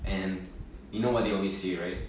and you know what they always say right